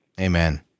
Amen